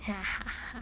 哈哈哈